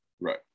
Right